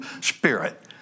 spirit